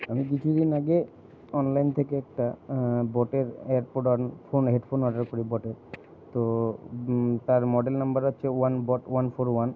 আমি কিছুদিন আগে অনলাইন থেকে একটা বোটের এয়ারপড আর ফোন হেডফোন অর্ডার করি বোটের তো তার মডেল নম্বর হচ্ছে one boAt one four one